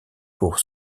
pour